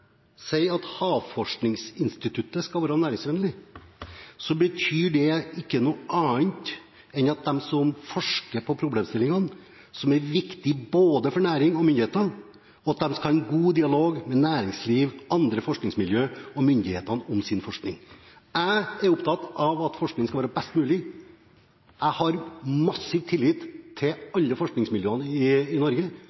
sier at Havforskningsinstituttet skal være næringsvennlig, betyr det ikke noe annet enn at de som forsker på problemstillingene – som er viktig både for næringen og myndighetene – skal en god dialog med næringsliv, andre forskningsmiljøer og myndighetene om sin forskning. Jeg er opptatt av at forskning skal være best mulig. Jeg har massiv tillit til